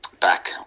back